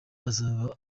uzaba